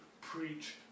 preach